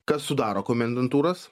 kas sudaro komendantūras